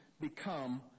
become